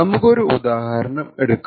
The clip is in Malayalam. നമുക്ക് ഒരു ഉദാഹരണം എടുക്കാം